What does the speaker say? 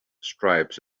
stripes